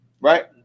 right